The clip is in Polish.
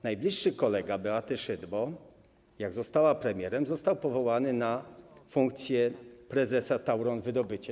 Najbliższy kolega Beaty Szydło, jak została premierem, został powołany na funkcję prezesa Tauron Wydobycie.